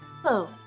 Hello